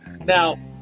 Now